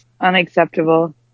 Unacceptable